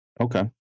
Okay